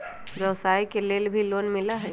व्यवसाय के लेल भी लोन मिलहई?